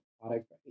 product